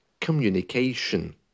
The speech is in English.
communication